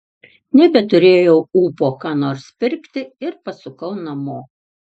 nebeturėjau ūpo ką nors pirkti ir pasukau namo